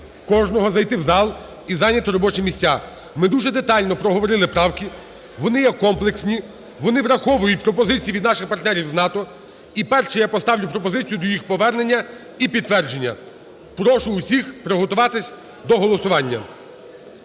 кожного зайти в зал і зайняти робочі місця. Ми дуже детально проговорили правки, вони є комплексні, вони враховують пропозиції від наших партнерів з НАТО. І, перше, я поставлю пропозицію до їх повернення і підтвердження. Прошу усіх приготуватись до голосування.